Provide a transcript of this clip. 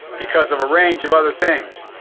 because of a range of other things,